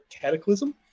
cataclysm